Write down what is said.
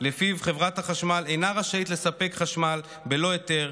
שלפיו חברת החשמל אינה רשאית לספק חשמל בלא היתר,